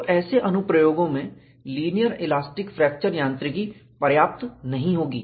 तो ऐसे अनुप्रयोगों में लीनियर इलास्टिक फ्रैक्चर यांत्रिकी पर्याप्त नहीं होगी